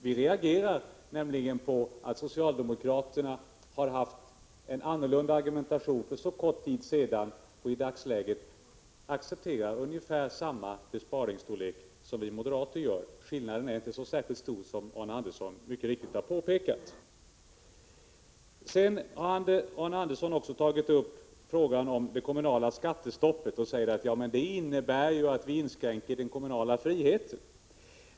Vi reagerar nämligen mot att socialdemokraterna har haft en annorlunda argumentation för så kort tid sedan men i dagsläget accepterar ungefär samma besparingsstorlek som vi moderater. Skillnaden är inte så särskilt stor, som Arne Andersson mycket riktigt har påpekat. Arne Andersson har också tagit upp frågan om det kommunala skattestoppet och sagt att det innebär att man inskränker den kommunala friheten.